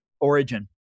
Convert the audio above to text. origin